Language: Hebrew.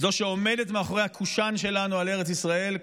זאת שעומדת מאחורי הקושאן שלנו על ארץ ישראל,